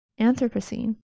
Anthropocene